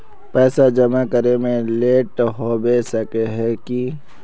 पैसा जमा करे में लेट होबे सके है की?